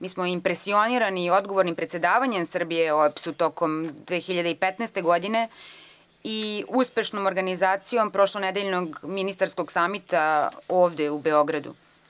Mi smo impresionirani odgovornim predsedavanjem Srbije OEBS-om tokom 2015. godine i uspešnom organizacijom prošlonedeljnog ministarskog samita ovde u Beogradu.